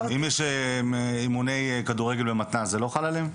אם יש אימוני כדורגל במתנ"ס, זה לא חל עליהם?